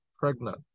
pregnant